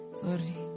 Sorry